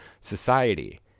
society